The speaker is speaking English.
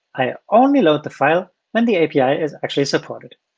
i only load the file when the api is actually supported.